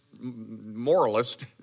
moralist